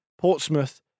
Portsmouth